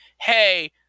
Hey